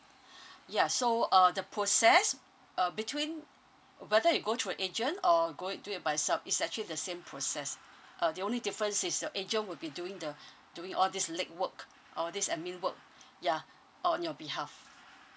ya so uh the process uh between whether you go through an agent or go into it by self is actually the same process uh the only difference is your agent will be doing the doing all these leg work all this admin work ya on your behalf